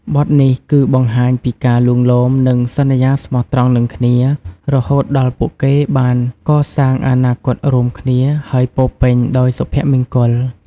បទនេះគឺបង្ហាញពីការលួងលោម និងសន្យាស្មោះត្រង់នឹងគ្នា រហូតដល់ពួកគេបានកសាងអនាគតរួមគ្នា ហើយពោរពេញដោយសុភមង្គល។